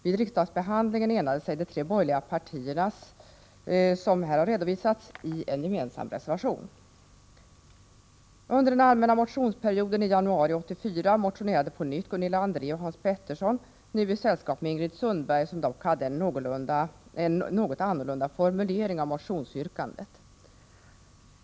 Vid riksdagsbehandlingen enade sig de tre borgerliga partierna, som här redovisats, i en gemensam reservation. Under den allmänna motionsperioden i januari 1984 motionerade på nytt Gunilla André och Hans Petersson i Röstånga, nu i sällskap med Ingrid Sundberg, som dock hade en något annorlunda formulering av motionsyrkandet.